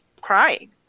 crying